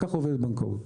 ככה עובדת בנקאות.